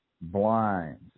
blinds